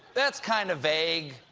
that's kind of vague.